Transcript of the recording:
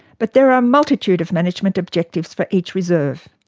but there are a multitude of management objectives for each reserve.